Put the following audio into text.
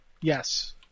Yes